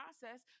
process